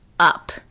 up